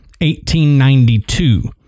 1892